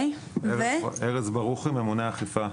ארז ברוכי, ממונה אכיפה,